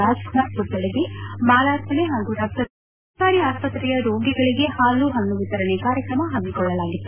ರಾಜ್ಕುಮಾರ್ ಪುಕ್ತಳಿಗೆ ಮಾಲಾರ್ಪಣೆ ಹಾಗೂ ರಕ್ತದಾನ ಶಿಬಿರ ಸರ್ಕಾರಿ ಆಸ್ವತ್ರೆಯ ರೋಗಿಗಳಿಗೆ ಹಾಲು ಪಣ್ಣು ವಿತರಣೆ ಕಾರ್ಯಕ್ರಮ ಪಮ್ಮಕೊಳ್ಳಲಾಗಿತ್ತು